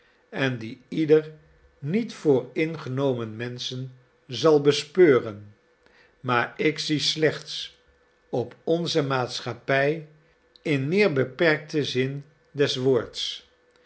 en die ieder niet vooringenomen mensch zal bespeuren maar ik zie slechts op onze maatschappij in meer beperkten zin des woords